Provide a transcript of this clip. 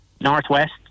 Northwest